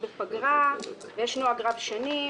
אמר בצורה ברורה ----- אם יש אישור או אין אישור.